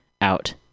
out